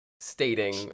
stating